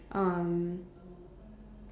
um